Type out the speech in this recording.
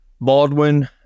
Baldwin